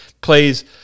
plays